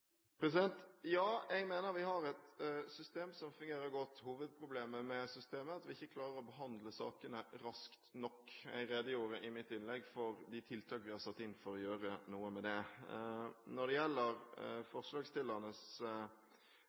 dag? Ja, jeg mener vi har et system som fungerer godt. Hovedproblemet med systemet er at vi ikke klarer å behandle sakene raskt nok. Jeg redegjorde i mitt innlegg for de tiltak vi har satt inn for å gjøre noe med det. Når det gjelder